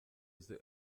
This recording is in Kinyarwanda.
uzi